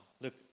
Look